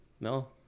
No